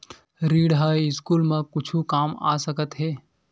ऋण ह स्कूल मा कुछु काम आ सकत हे?